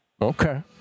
Okay